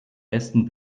besten